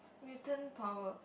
mutant power